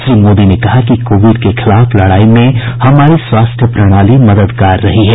श्री मोदी ने कहा कि कोविड के खिलाफ लड़ाई में हमारी स्वास्थ्य प्रणाली मददगार रही है